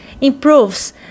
improves